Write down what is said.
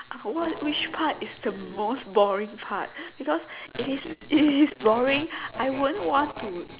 what which part is the most boring part because if it's if it's boring I won't want to